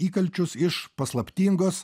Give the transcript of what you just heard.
įkalčius iš paslaptingos